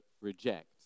reject